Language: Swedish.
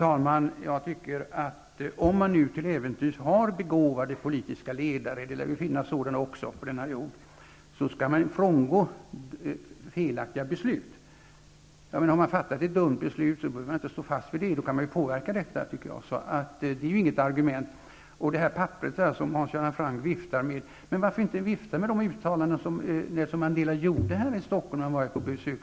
Herr talman! Om man nu till äventyrs har begåvade politiska ledare, det lär väl finnas sådana också på denna jord, skall man frångå felaktiga beslut. Har man fattat ett dumt beslut, behöver man inte stå fast vid det. Då kan man påverka detta, tycker jag. Det är inget argument. Hans Göran Franck viftar med ett papper. Varför inte vifta med de uttalanden som Nelson Mandela gjorde här i Stockholm när han var här på besök.